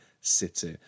city